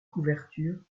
couvertures